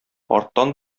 арттан